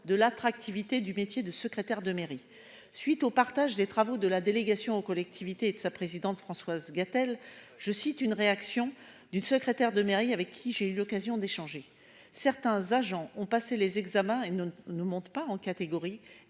de l'attractivité du métier de secrétaire de mairie suite au partage des travaux de la délégation aux collectivités et de sa présidente Françoise Gatel je cite une réaction du secrétaire de mairie avec qui j'ai eu l'occasion d'échanger. Certains agents ont passé les examens et nous ne monte pas en catégorie